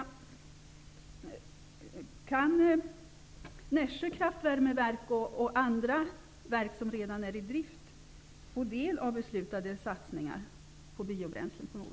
Kraftvärmeverk och andra verk som redan är i drift få del av beslutade satsningar på biobränslen?